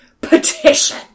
Petition